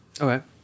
Okay